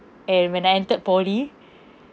and when I entered poly